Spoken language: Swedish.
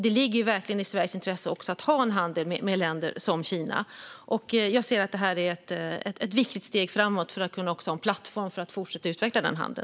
Det ligger verkligen i Sveriges intresse att bedriva handel med länder som Kina. Jag ser att det här är ett viktigt steg framåt när det gäller att kunna ha en plattform för att fortsätta utveckla den handeln.